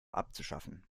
abzuschaffen